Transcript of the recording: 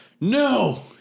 No